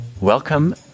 Welcome